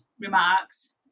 remarks